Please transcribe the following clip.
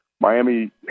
Miami